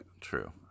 True